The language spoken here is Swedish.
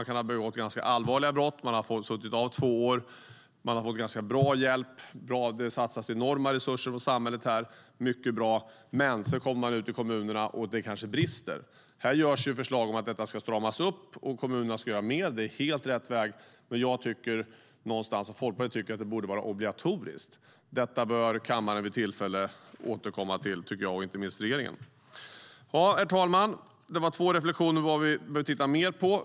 De kan ha begått ganska allvarliga brott, suttit av två år och fått ganska bra hjälp; det satsas enorma resurser från samhällets sida, vilket är mycket bra. När de sedan kommer ut i kommunerna kan det dock brista. Det finns förslag på att det ska stramas upp och att kommunerna ska göra mer. Det är helt rätt väg att gå. Folkpartiet tycker att det borde vara obligatoriskt. Det bör kammaren, och inte minst regeringen, vid tillfälle återkomma till. Herr talman! Det var två reflexioner över vad vi behöver titta mer på.